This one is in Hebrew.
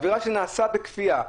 האווירה שזה נעשה בכפייה.